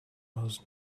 most